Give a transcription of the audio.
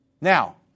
Now